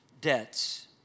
debts